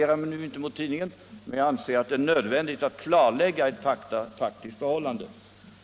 Jag vill inte polemisera mot tidningen, men jag anser att det är nödvändigt att klarlägga ett faktiskt förhållande.